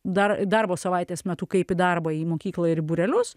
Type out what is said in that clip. dar darbo savaitės metu kaip į darbą į mokyklą ir į būrelius